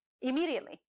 immediately